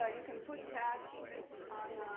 ah you can put tags on,